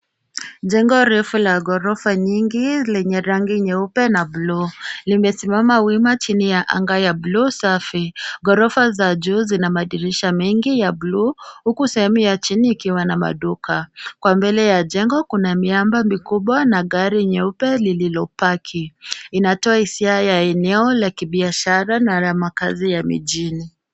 Jengo refu la ghorofa nyingi lenye rangi nyeupe na bluu, limesimama wima chini ya anga ya bluu safi. Ghorofa za juu zina madirisha mengi ya bluu, huku sehemu ya chini ikiwa na maduka. Kwa mbele ya jengo kuna miamba mikubwa na gari nyeupe lililopaki. Inatoa hisia ya eneo la kibiashara na ya makazi ya mijini.